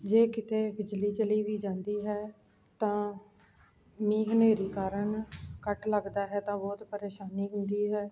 ਜੇ ਕਿਤੇ ਬਿਜਲੀ ਚਲੀ ਵੀ ਜਾਂਦੀ ਹੈ ਤਾਂ ਮੀਂਹ ਹਨੇਰੀ ਕਾਰਨ ਕੱਟ ਲੱਗਦਾ ਹੈ ਤਾਂ ਬਹੁਤ ਪ੍ਰੇਸ਼ਾਨੀ ਹੁੰਦੀ ਹੈ